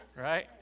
Right